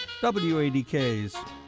WADK's